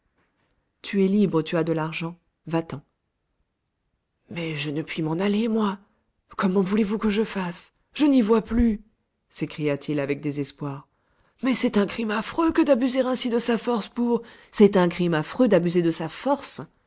tu es libre tu as de l'argent va-t'en mais je ne puis m'en aller moi comment voulez-vous que je fasse je n'y vois plus s'écria-t-il avec désespoir mais c'est un crime affreux que d'abuser ainsi de sa force pour c'est un crime affreux d'abuser de sa force